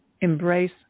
embrace